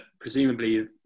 presumably